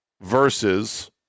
versus